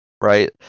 Right